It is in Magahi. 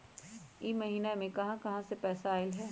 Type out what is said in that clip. इह महिनमा मे कहा कहा से पैसा आईल ह?